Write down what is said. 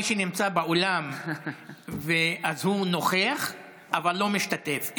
מי שנמצא באולם אז הוא נוכח אבל לא משתתף.